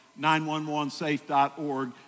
911safe.org